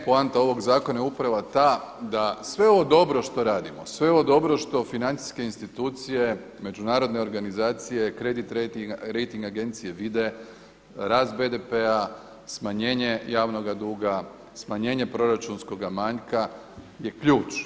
Poanta ovog zakona je upravo ta da sve ovo što radimo, sve ovo dobro što financijske institucije, međunarodne organizacije, rejting agencije vide rast BDP-a, smanjenje javnoga duga, smanjenje proračunskoga manjka je ključ.